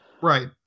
Right